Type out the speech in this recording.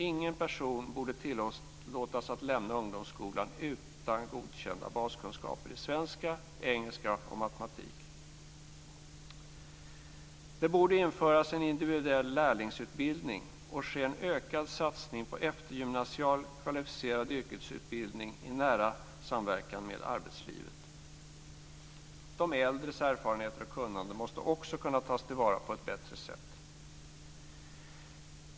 Ingen person borde tillåtas lämna ungdomsskolan utan godkända baskunskaper i svenska, engelska och matematik. Det borde införas en individuell lärlingsutbildning och ske en ökad satsning på eftergymnasial, kvalificerad yrkesutbildning i nära samverkan med arbetslivet. De äldres erfarenheter och kunnande måste också kunna tas till vara på ett bättre sätt.